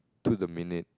to the minute